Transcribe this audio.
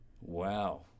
Wow